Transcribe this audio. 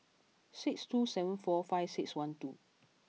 six two seven four five six one two